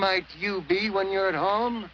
might you be when you're at home